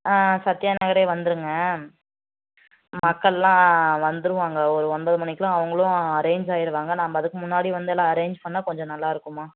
ஆ சத்தியா நகரே வந்துருங்க மக்கள்லாம் வந்துருவாங்க ஒரு ஒன்பது மணிக்கெலாம் அவங்களும் அரேஞ்ச் ஆகிருவாங்க நம்ம அதுக்கு முன்னாடி வந்து எல்லாம் அரேஞ்ச் பண்ணிணா கொஞ்சம் நல்லாயிருக்கும்மா